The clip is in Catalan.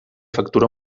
factura